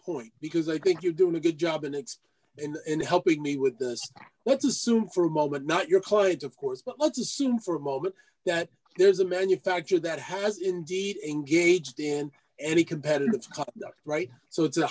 point because i think you're doing a good job and it's in helping me with this let's assume for a moment not your clients of course but let's assume for a moment that there's a manufacturer that has indeed engaged in any competitive cut right so it's a